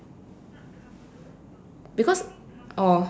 because oh